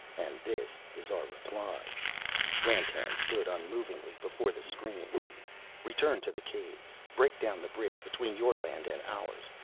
and this is our reply dandtan stood unmovingly before the screen return to the caves break down the bridge between your land and ours.